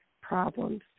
problems